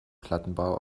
plattenbau